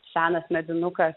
senas medinukas